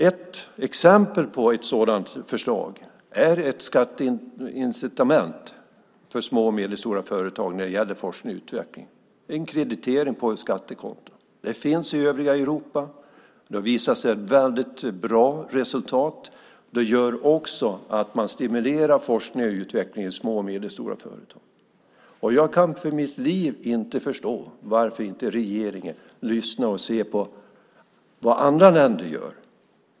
Ett exempel på ett sådant förslag är ett skatteincitament för små och medelstora företag när det gäller forskning och utveckling, en kreditering på skattekontot. Det finns i övriga Europa, och det har visat sig ha väldigt bra resultat. Det gör också att man stimulerar forskning och utveckling i små och medelstora företag. Jag kan för mitt liv inte förstå varför regeringen inte lyssnar och ser på vad andra länder gör.